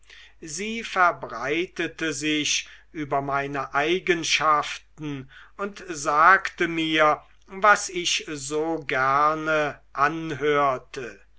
sie verbreitete sich über meine eigenschaften und sagte mir was ich so gerne anhörte